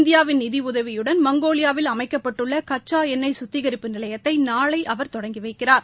இந்தியாவின் நிதியுதவியுடன் மங்கோலியாவில் அமைக்கப்பட்டுள்ள கச்சா எண்ணெய் சுத்திகரிப்பு நிலையத்தை நாளை அவர் தொடங்கி வைக்கிறார்